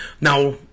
now